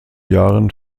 jahren